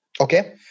Okay